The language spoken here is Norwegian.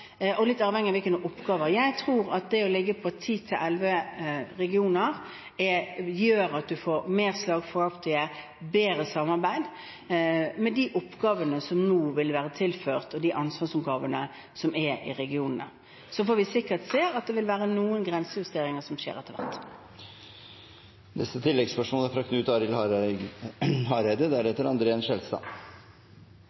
og hvilke oppgaver som er. Jeg tror at det å ligge på ti–elleve regioner gjør at man får mer slagkraftige regioner og får bedre samarbeid, med de oppgavene som nå vil bli tilført, og de ansvarsoppgavene som er i regionene. Så får vi sikkert se